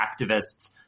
activists